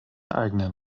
eigenen